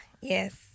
yes